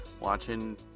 watching